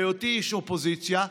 בהיותי איש אופוזיציה,